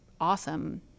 awesome